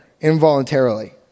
involuntarily